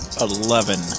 Eleven